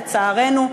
לצערנו,